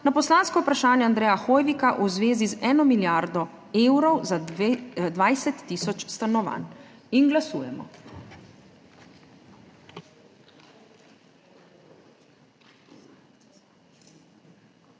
na poslansko vprašanje Andreja Hoivika v zvezi z eno milijardo evrov za 20 tisoč stanovanj. Glasujemo.